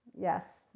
yes